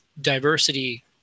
diversity